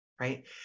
right